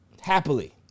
Happily